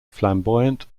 flamboyant